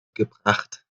gebracht